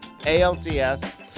ALCS